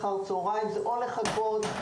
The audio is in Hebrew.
צריך לחכות לשעות אחר הצוהריים,